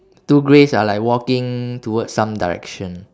two greys are like walking towards some direction